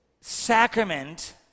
sacrament